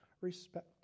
respect